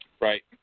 Right